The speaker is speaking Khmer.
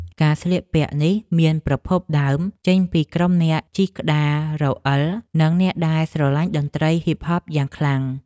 ការស្លៀកពាក់នេះមានប្រភពដើមចេញពីក្រុមអ្នកជិះក្តាររំអិលនិងអ្នកដែលស្រឡាញ់តន្ត្រីហ៊ីបហបយ៉ាងខ្លាំង។